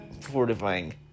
fortifying